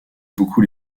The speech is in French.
beaucoup